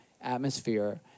atmosphere